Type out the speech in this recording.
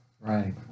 Right